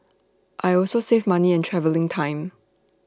I also save money and travelling time